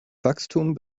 wachstum